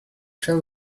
tell